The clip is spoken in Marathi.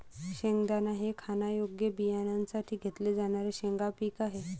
शेंगदाणा हे खाण्यायोग्य बियाण्यांसाठी घेतले जाणारे शेंगा पीक आहे